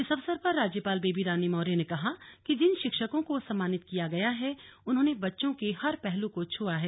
इस अवसर पर राज्यपाल बेबी रानी मौर्य ने कहा कि जिन शिक्षकों को सम्मानित किया गया है उन्होंने बच्चों के हर पहलु को छुआ है